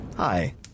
Hi